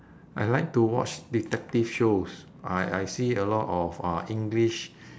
I like to watch detective shows I I see a lot of uh english